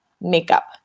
makeup